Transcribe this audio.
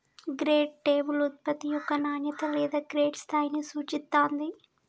grade label ఉత్పత్తి యొక్క నాణ్యత లేదా గ్రేడ్ స్థాయిని సూచిత్తాంది